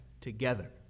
together